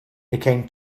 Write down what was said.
became